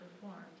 performed